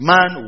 Man